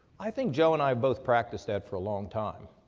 i think joe and i both practiced that for a long time.